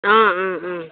অ অ অ